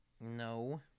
No